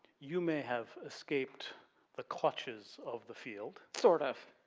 you may have escaped the clutches of the field. sort of.